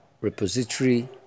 Repository